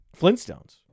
flintstones